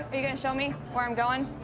are you gonna show me where i'm going?